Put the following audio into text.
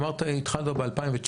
אמרת שהתחלת ב-2019.